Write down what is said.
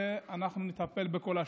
ואנחנו נטפל בכל השאר.